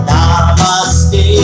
Namaste